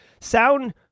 sound